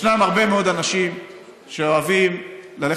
ישנם הרבה מאוד אנשים שאוהבים ללכת